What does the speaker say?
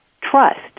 trust